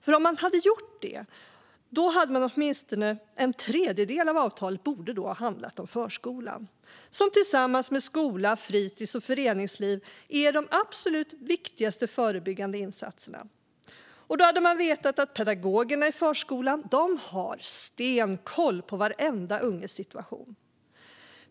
För om de hade gjort det borde åtminstone en tredjedel av avtalet ha handlat om förskolan som tillsammans med skola, fritis och föreningsliv är de absolut viktigaste förebyggande insatserna. Då hade de vetat att pedagogerna i förskolan har stenkoll på varenda unges situation.